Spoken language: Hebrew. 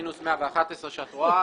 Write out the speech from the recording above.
מינוס 111 מיליון שאת רואה,